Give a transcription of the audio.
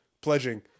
pledging